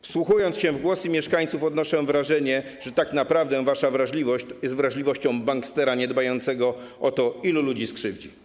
Wsłuchując się w głosy mieszkańców, odnoszę wrażenie, że tak naprawdę wasza wrażliwość jest wrażliwością bankstera niedbającego o to, ilu ludzi skrzywdzi.